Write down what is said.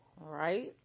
right